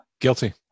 Guilty